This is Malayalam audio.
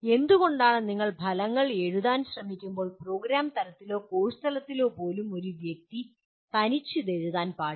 അതുകൊണ്ടാണ് നിങ്ങൾ ഫലങ്ങൾ എഴുതാൻ ശ്രമിക്കുമ്പോൾ പ്രോഗ്രാം തലത്തിലോ കോഴ്സ് തലത്തിലോ പോലും ഒരു വ്യക്തി തനിച്ച് ഇത് എഴുതാൻ പാടില്ല